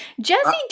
Jesse